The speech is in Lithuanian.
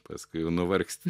paskui jau nuvargsti